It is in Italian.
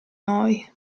noi